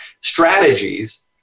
strategies